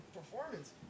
performance